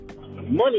money